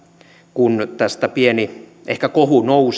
kun tästä ehkä pieni kohu nousi